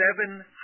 seven